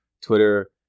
Twitter